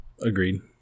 Agreed